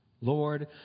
Lord